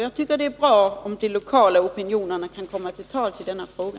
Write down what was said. Jag tycker att det är bra om de lokala opinionerna kan komma till tals i denna fråga.